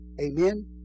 amen